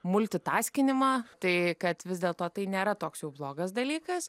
multitaskinimą tai kad vis dėlto tai nėra toks jau blogas dalykas